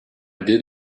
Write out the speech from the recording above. did